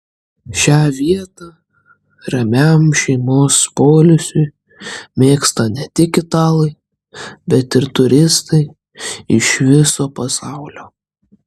šią vietą ramiam šeimos poilsiui mėgsta ne tik italai bet ir turistai iš viso pasaulio